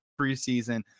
preseason